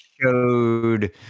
showed